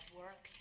work